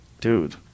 Dude